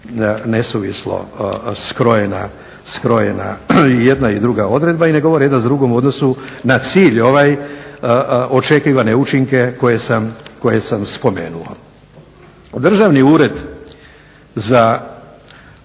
nesuvislo skrojena jedan i druga odredba i ne govore jedna s drugom u odnosu na cilj ovaj očekivane učinke koje sam spomenuo. Državni ured za